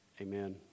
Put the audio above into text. Amen